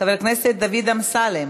חברת הכנסת רחל עזריה,